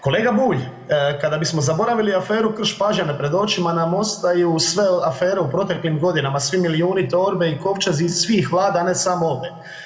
Kolega Bulj, kada bismo zaboravili aferu Krš-Pađene pred očima nam ostaju sve afere u proteklim godinama, svi milijuni, torbe i kovčezi iz svih vlada, ne samo ove.